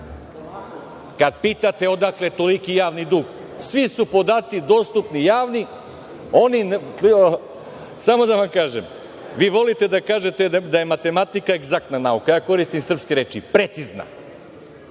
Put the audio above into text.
Kada pitate odakle toliki javni dug, svi su podaci dostupni, javni, …Samo da vam kažem, vi volite da kažete da je matematika egzaktna nauka, a ja koristim srpske reči, precizna,